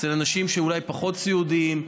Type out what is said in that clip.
אצל אנשים שאולי פחות סיעודיים,